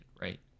right